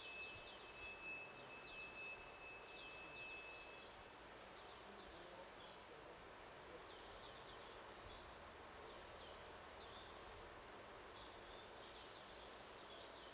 okay